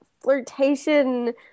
flirtation